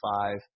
five